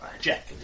Jack